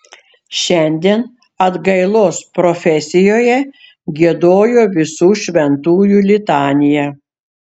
šiandien atgailos profesijoje giedojo visų šventųjų litaniją